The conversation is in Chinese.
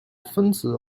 分子